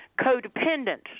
codependent